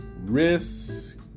Risk